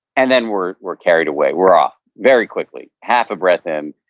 and then we're we're carried away. we're off very quickly. half a breath in,